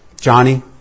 Johnny